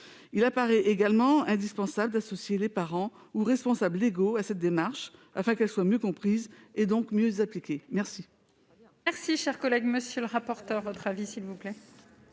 Il paraît également indispensable d'associer les parents ou les responsables légaux à cette démarche afin que celle-ci soit mieux comprise et donc mieux appliquée. Quel